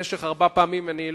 שיש בה הרבה אנשים,